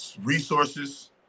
resources